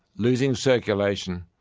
losing circulation,